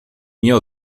nie